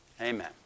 Amen